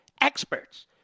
experts